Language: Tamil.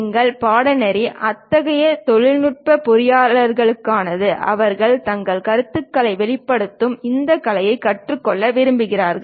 எங்கள் பாடநெறி அத்தகைய தொழில்நுட்ப பொறியியலாளர்களுக்கானது அவர்கள் தங்கள் கருத்துக்களை வெளிப்படுத்தும் இந்த கலையை கற்றுக்கொள்ள விரும்புகிறார்கள்